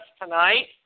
tonight